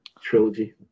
trilogy